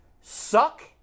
Suck